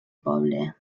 poble